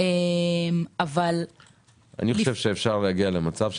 אני חושב שאפשר להגיע למצב,